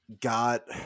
got –